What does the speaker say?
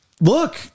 Look